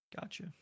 Gotcha